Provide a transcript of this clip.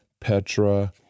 Petra